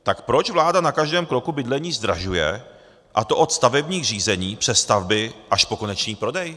Tak proč vláda na každém kroku bydlení zdražuje, a to od stavebních řízení přes stavby až po konečný prodej?